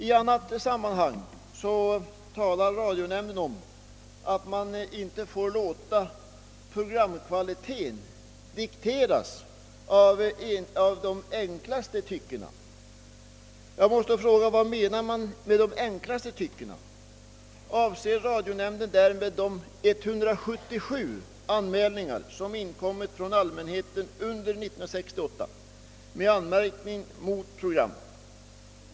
I annat sammanhang talar radionämnden om att man inte får låta programkvaliteten dikteras av de allra enklaste tyckena. Vad menar man med enklaste tyckena? Avser radionämnden därmed de 177 anmälningar som inkommit från allmänheten under 1968 med anmärkning mot program?